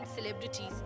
celebrities